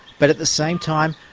but, at the same time,